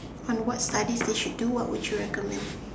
on what studies they should do what would you recommend